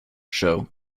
show